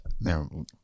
now